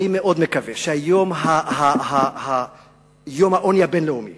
אני מקווה מאוד שיום העוני הבין-לאומי